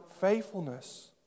faithfulness